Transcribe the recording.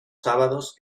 sábados